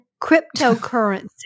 cryptocurrency